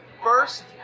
first